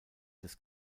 des